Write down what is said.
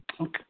Okay